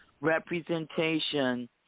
representation